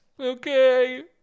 Okay